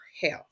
health